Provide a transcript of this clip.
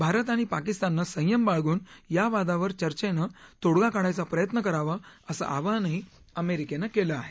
भारत आणि पाकिस्ताननं संयम बाळगून या बादावर चर्चेनं तोडगा काढायचा प्रयत्न करावा असं आवाहनही अमेरिकेनं केलं आहे